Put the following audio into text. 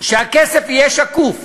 שהכסף יהיה שקוף